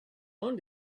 own